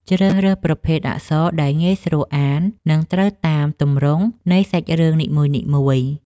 ជ្រើសរើសប្រភេទអក្សរដែលងាយស្រួលអាន និង ត្រូវតាមទម្រង់នៃសាច់រឿងនីមួយៗ។